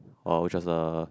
uh which was a